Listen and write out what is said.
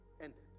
ended